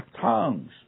tongues